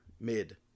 mid